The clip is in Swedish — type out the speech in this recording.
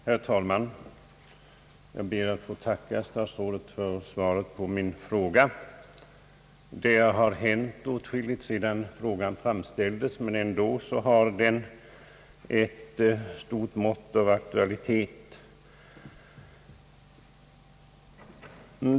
Herr talman! Jag ber att få tacka statsrådet för svaret på min fråga. Det har hänt åtskilligt sedan den framställdes, men ändå har den ett stort mått av aktualitet.